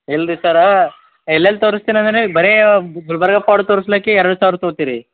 ಇಲ್ಲ ರೀ ಸರ್ರಾ ಎಲ್ಲೆಲ್ಲಿ ತೋರಿಸ್ತೀನ್ ಅಂದಿರಿ ಈಗ ಬರೇ ಗುಲ್ಬರ್ಗಾ ಫೋರ್ಟ್ ತೊರ್ಸ್ಲಿಕ್ಕೇ ಎರಡು ಸಾವಿರ ತೊಗೋತೀರಾ